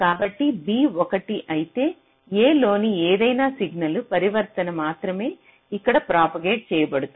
కాబట్టి b 1 అయితే a లోని ఏదైనా సిగ్నల్ పరివర్తన మాత్రమే ఇక్కడ ప్రాపగేట్ చేయబడుతుంది